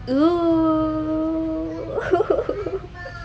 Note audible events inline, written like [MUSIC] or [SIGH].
!woo! [LAUGHS]